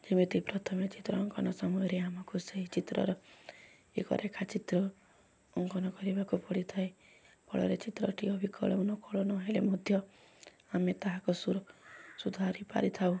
ଯେମିତି ପ୍ରଥମେ ଚିତ୍ର ଅଙ୍କନ ସମୟରେ ଆମକୁ ସେହି ଚିତ୍ରର ଏକରେଖା ଚିତ୍ର ଅଙ୍କନ କରିବାକୁ ପଡ଼ିଥାଏ ଫଳରେ ଚିତ୍ରଟିଏ ଅବିକଳ ନକଲ ନହେଲେ ମଧ୍ୟ ଆମେ ତାହାକୁ ସୁଧାରି ପାରିଥାଉ